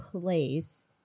place